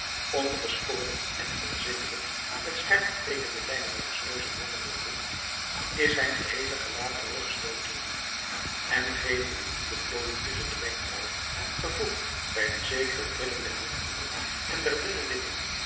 ongeschoren en onzindelijk met scherp geteekende lijnen langs neus en wangen doorgroefd is zijn geheele gelaat terugstootend en geven de diepe plooien tusschen de wenkbrauwen gevoegd bij een zekere trilling der mondhoeken en der dunne lippen